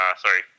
sorry